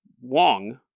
wong